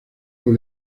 con